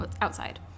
outside